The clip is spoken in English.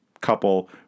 couple